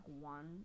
one